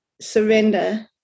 surrender